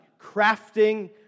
Crafting